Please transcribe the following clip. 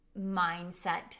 mindset